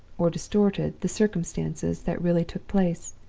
or distorted, the circumstances that really took place.